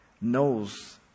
knows